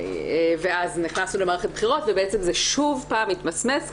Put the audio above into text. ואז נכנסנו למערכת בחירות ובעצם זה שוב פעם התמסמס,